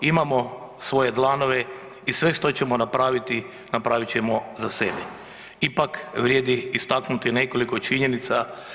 Imamo svoje dlanove i sve što ćemo napraviti, napravit ćemo za sebe, ipak vrijedi istaknuti nekoliko činjenica.